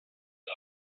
his